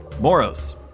moros